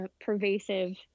pervasive